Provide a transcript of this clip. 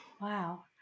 Wow